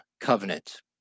covenant